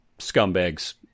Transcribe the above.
scumbag's